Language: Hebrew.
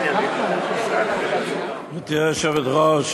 גברתי היושבת-ראש,